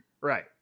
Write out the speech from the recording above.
Right